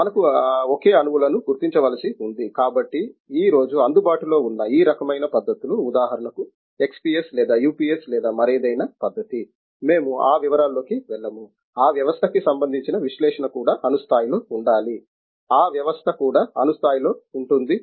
మనకు ఒకే అణువులను గుర్తించవలసి ఉంది కాబట్టి ఈ రోజు అందుబాటులో ఉన్న ఈ రకమైన పద్ధతులు ఉదాహరణకు XPS లేదా UPS లేదా మరేదైనా పద్ధతి మేము అ వివరాలలోకి వెళ్ళము ఆ వ్యవస్థకి సంబందించిన విశ్లేషణ కూడా అణు స్థాయిలో ఉండాలి ఆ వ్యవస్థ కూడా అణు స్థాయిలో ఉంటుంది